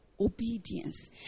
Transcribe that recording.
obedience